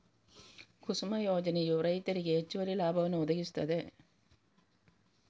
ಕುಸುಮ ಯೋಜನೆಯು ರೈತರಿಗೆ ಹೆಚ್ಚುವರಿ ಲಾಭವನ್ನು ಒದಗಿಸುತ್ತದೆ